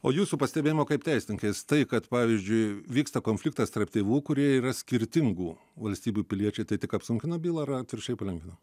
o jūsų pastebėjimu kaip teisinkės tai kad pavyzdžiui vyksta konfliktas tarp tėvų kurie yra skirtingų valstybių piliečiai tai tik apsunkina bylą ar atvirkščiai palengvina